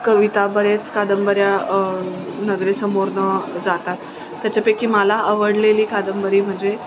कविता बरेच कादंबऱ्या नजरेसमोरून जातात त्याच्यापैकी मला आवडलेली कादंबरी म्हणजे